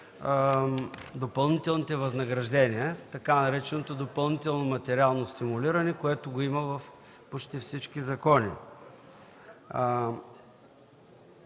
допълнителните възнаграждения – така нареченото допълнително материално стимулиране, което го има в почти всички закони.